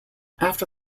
after